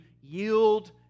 yield